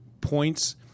points